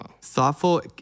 Thoughtful